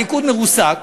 הליכוד מרוסק,